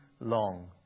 long